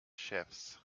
chefs